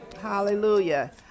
Hallelujah